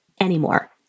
anymore